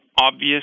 obvious